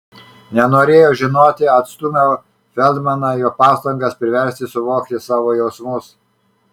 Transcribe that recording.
nenorėjau žinoti atstūmiau feldmaną jo pastangas priversti suvokti savo jausmus